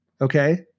Okay